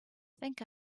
think